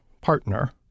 partner